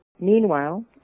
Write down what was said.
Meanwhile